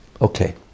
Okay